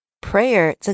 Prayer